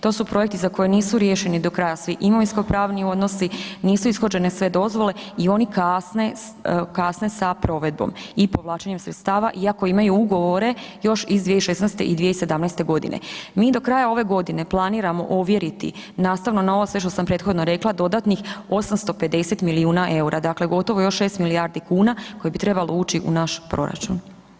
To su projekti za koje nisu riješeni do kraja svi imovinskopravni odnosi, nisu ishođene sve dozvole i oni kasne, kasne sa provedbom i povlačenjem sredstava iako imaju ugovore još iz 2016. i 2017.g. Mi do kraja ove godine planiramo ovjeriti, nastavno na ovo sve što sam prethodno rekla, dodatnih 850 milijuna EUR-a, dakle gotovo još 6 milijardi kuna koji bi trebalo ući u naš proračun.